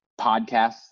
podcasts